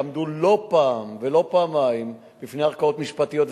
שעמדו לא פעם ולא פעמיים בפני ערכאות משפטיות,